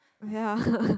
ya